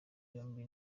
yombi